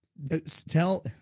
Tell